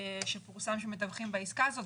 שפורסם שמתווכים בעסקה הזאת?